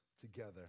together